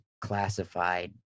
classified